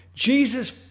Jesus